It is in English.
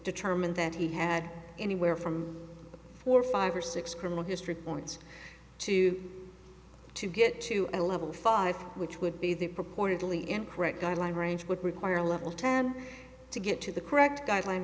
determined that he had anywhere from four or five or six criminal history points to to get to a level five which would be the purportedly incorrect guideline range would require a level ten to get to the correct gu